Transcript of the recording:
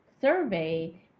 survey